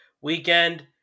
weekend